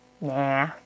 Nah